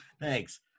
Thanks